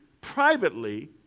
privately